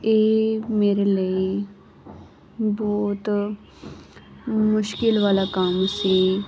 ਇਹ ਮੇਰੇ ਲਈ ਬਹੁਤ ਮੁਸ਼ਕਿਲ ਵਾਲਾ ਕੰਮ ਸੀ